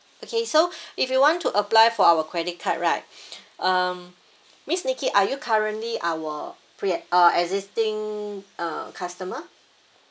okay so if you want to apply for our credit card right um miss nicky are you currently our pre uh existing uh customer